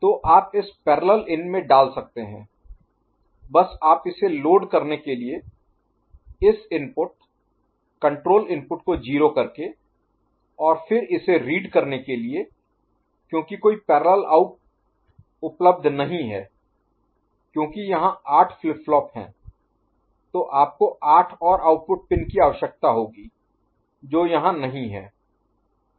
तो आप इसे पैरेलल इन में डाल सकते हैं बस आप इसे लोड करने के लिए इस इनपुट कंट्रोल इनपुट को 0 करके और फिर इसे रीड करने के लिए क्योंकि कोई पैरेलल आउट उपलब्ध नहीं है क्योंकि यहाँ 8 फ्लिप फ्लॉप हैं तो आपको आठ और आउटपुट पिन की आवश्यकता होगी जो यहाँ नहीं है